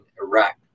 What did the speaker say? Iraq